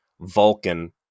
Vulcan